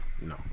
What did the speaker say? no